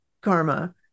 karma